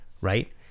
Right